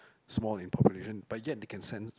small in population but yet they can send